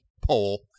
poll